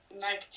Nike